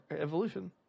evolution